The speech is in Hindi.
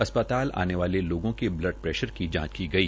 अस्पताल आने वाले लोगों के वल्ड प्ररेशर की जांच की गई